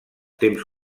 temps